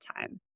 time